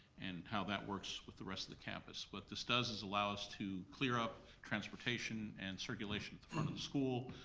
and how that works with the rest of the campus. what this does is allow us to clear up transportation and circulation at the front of the school,